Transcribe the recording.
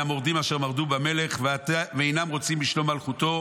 המורדים אשר מרדו במלך ואינם רוצים לשלום מלכותו.